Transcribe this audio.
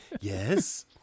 yes